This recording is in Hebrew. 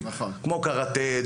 כמו קרטה,